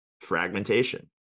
fragmentation